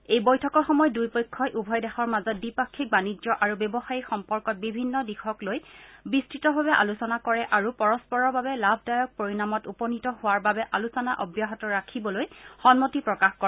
এই বৈঠকৰ সময়ত দুয়ো পক্ষই উভয় দেশৰ মাজৰ দ্বিপাক্ষিক বাণিজ্য আৰু ব্যৱসায়িক সম্পৰ্কত বিভিন্ন দিশক লৈ বিস্তৃতভাৱে আলোচনা কৰে আৰু পৰস্পৰৰ বাবে লাভদায়ক পৰিণামত উপনীত হোৱাৰ বাবে আলোচনা অব্যাহত ৰাখিবলৈ সন্মতি প্ৰকাশ কৰে